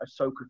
Ahsoka